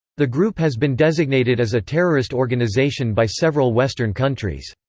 the group has been designated as a terrorist organization by several western countries.